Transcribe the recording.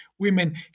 Women